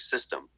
system